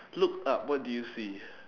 look up what do you see